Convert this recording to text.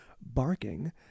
barking